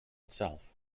itself